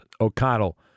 O'Connell